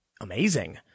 amazing